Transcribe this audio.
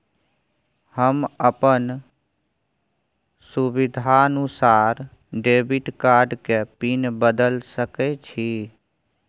हम अपन सुविधानुसार डेबिट कार्ड के पिन बदल सके छि?